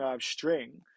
string